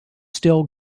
still